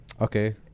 Okay